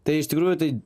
tai iš tikrųjų tai